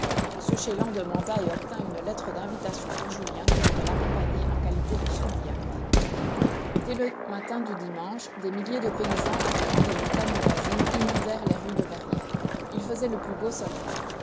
m chélan demanda et obtint une lettre d'invitation pour julien qui devait l'accompagner en qualité de sous-diacre dès le matin du dimanche des milliers de paysans arrivant des montagnes voisines inondèrent les rues de verrières il faisait le plus beau soleil